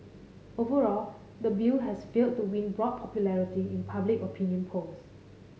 overall the bill has failed to win broad popularity in public opinion polls